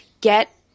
get